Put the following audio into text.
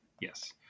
yes